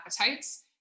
appetites